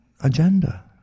agenda